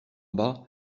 bas